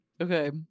Okay